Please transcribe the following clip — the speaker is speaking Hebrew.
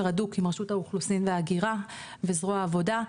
הדוק עם רשות האוכלוסין וההגירה וזרוע העבודה,